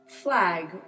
Flag